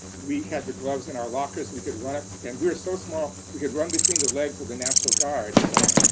we had the gloves in our lockers, we could run up and we're so small, we could run between the legs of the national guards, right,